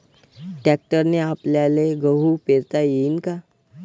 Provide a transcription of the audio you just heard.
ट्रॅक्टरने आपल्याले गहू पेरता येईन का?